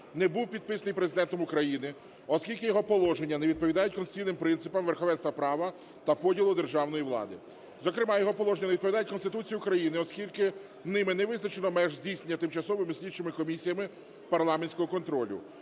не був підписаний Президентом України, скільки його положення не відповідають конституційним принципам верховенства права та поділу державної влади. Зокрема його положення не відповідають Конституції України, оскільки ними не визначено меж здійснення тимчасовими слідчими комісіями парламентського контролю.